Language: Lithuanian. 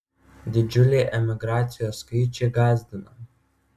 didžiuliai emigracijos skaičiai gąsdina